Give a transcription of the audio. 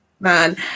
man